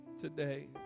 today